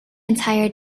entire